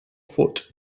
foot